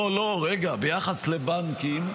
לא, לא, ביחס לבנקים.